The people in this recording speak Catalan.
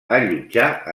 allotjar